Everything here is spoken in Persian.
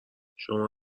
شما